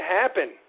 happen